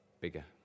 bigger